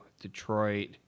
Detroit